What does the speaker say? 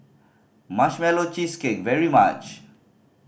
Marshmallow Cheesecake very much